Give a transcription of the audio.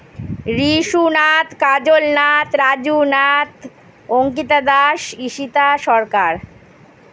Rishu Nath Kajal Nath Raju Nath Ankita Das Ishita Sarkar